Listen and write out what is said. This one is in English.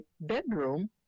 bedroom